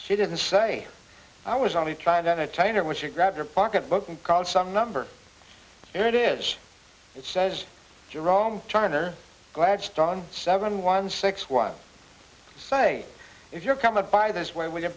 she didn't say i was only trying to entertain her when she grabbed her pocketbook and called some number there it is it says jerome turner gladstein seven one six one say if you're coming by this way we can